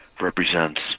represents